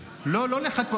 --- לא, לא לחכות.